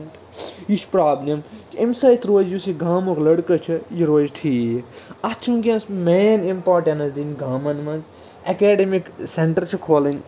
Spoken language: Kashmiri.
یہِ چھِ پرابلِم کہِ أمۍ سۭتۍ روزِ یُس یہِ گامُک لَڑکہٕ چھُ یہِ روزِ ٹھیٖک اَتھ چھِ وٕنکٮ۪نس مین اِمپارٹَنٕس دِنۍ گامَن منٛز اٮ۪کٮ۪ڈمِک سٮ۪نٹر چھِ کھولٕنۍ